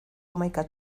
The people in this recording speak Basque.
hamaika